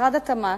משרד התמ"ת,